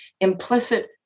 implicit